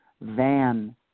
van